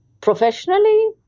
Professionally